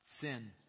sin